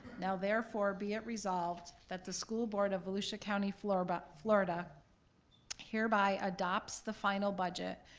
now therefore be it resolved that the school board of volusia county, florida florida hereby adopts the final budget,